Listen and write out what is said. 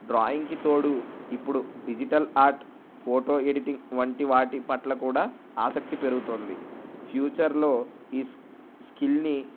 డ్రాయింగ్కి తోడు ఇప్పుడు digital art photo editing వంటి వాటి పట్ల కూడా ఆసక్తి పెరుగుతోంది ఫ్యూచర్లో ఈ స్కిల్ని